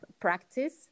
practice